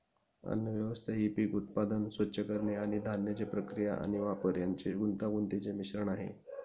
अन्नव्यवस्था ही पीक उत्पादन, स्वच्छ करणे आणि धान्याची प्रक्रिया आणि वापर यांचे गुंतागुंतीचे मिश्रण आहे